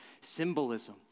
symbolism